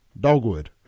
Dogwood